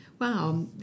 wow